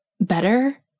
better